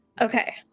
Okay